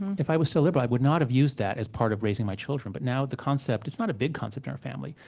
if i was still liberal, i would not have used that as part of raising my children. but now the concept it's not a big concept in our family,